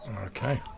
Okay